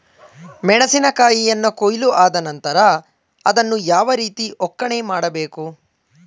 ಮೆಣಸಿನ ಕಾಯಿಯನ್ನು ಕೊಯ್ಲು ಆದ ನಂತರ ಅದನ್ನು ಯಾವ ರೀತಿ ಒಕ್ಕಣೆ ಮಾಡಬೇಕು?